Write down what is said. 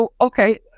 okay